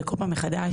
בכל פעם מחדש,